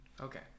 Okay